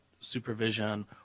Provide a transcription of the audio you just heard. supervision